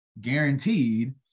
guaranteed